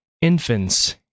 infants